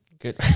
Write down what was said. Good